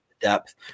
depth